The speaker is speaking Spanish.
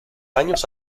años